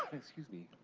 excuse me.